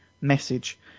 message